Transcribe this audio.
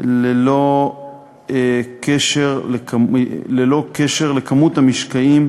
ללא קשר לכמות המשקעים,